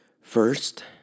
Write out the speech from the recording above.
first